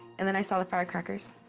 and then i saw the firecrackers.